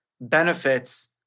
benefits